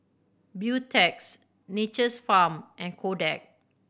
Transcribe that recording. Beautex Nature's Farm and Kodak